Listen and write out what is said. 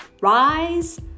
Rise